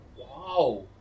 Wow